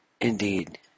Indeed